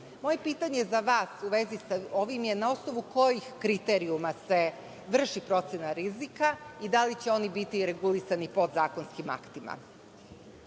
pitanje za vas u vezi sa ovim je - na osnovu kojih kriterijuma se vrši procena rizika i da li će oni biti regulisani podzakonskim aktima?